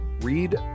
Read